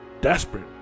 desperate